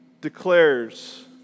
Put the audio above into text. declares